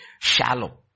shallow